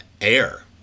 air